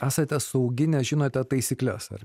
esate saugi nes žinote taisykles ar